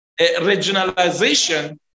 regionalization